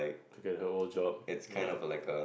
to get her old job ya